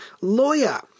lawyer